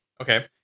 Okay